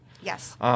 Yes